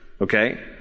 okay